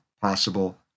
possible